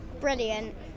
Brilliant